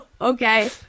okay